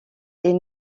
est